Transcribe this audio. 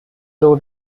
would